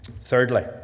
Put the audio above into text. Thirdly